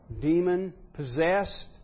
demon-possessed